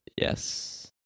Yes